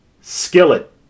Skillet